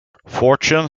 fortune